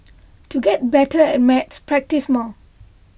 to get better at maths practise more